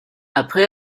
après